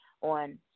on